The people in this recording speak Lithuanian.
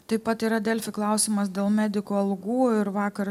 taip pat yra delfi klausimas dėl medikų algų ir vakar